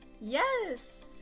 Yes